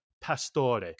Pastore